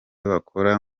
bakora